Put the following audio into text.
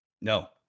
No